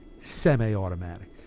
semi-automatic